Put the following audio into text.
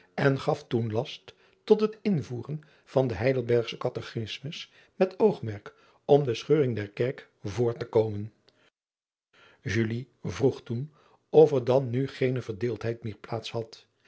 en gaf toen last tot het invoeren van den eidelbergschen atechismus met oogmerk om de scheuring der kerk voor te komen vroeg toen of er dan nu geene verdeeldheid meer plaats had